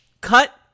cut